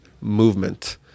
movement